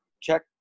check